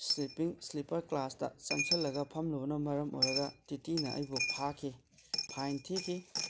sleeper ꯀ꯭ꯂꯥꯁꯇ ꯆꯪꯁꯤꯜꯂꯒ ꯐꯝꯂꯨꯕꯅ ꯃꯔꯝ ꯑꯣꯏꯔꯒ ꯇꯤ ꯇꯤꯅ ꯑꯩꯕꯨ ꯐꯥꯈꯤ ꯐꯥꯏꯟ ꯊꯤꯈꯤ